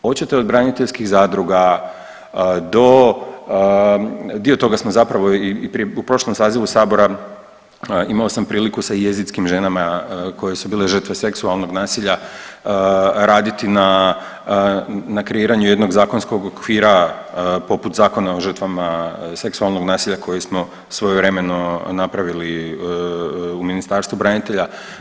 Hoćete od braniteljskih zadruga do dio toga smo zapravo i u prošlom sazivu sabora imamo sam priliku sa Jezidskim ženama koje su bile žrtve seksualnog nasilja raditi na, na kreiranju jednog zakonskog okvira poput Zakona o žrtvama seksualnog nasilja koji smo svojevremeno napravili u Ministarstvu branitelja.